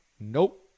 nope